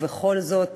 ובכל זאת,